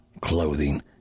clothing